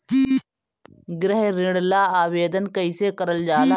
गृह ऋण ला आवेदन कईसे करल जाला?